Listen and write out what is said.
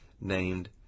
named